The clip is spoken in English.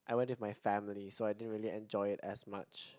I went with my family so I didn't really enjoy it as much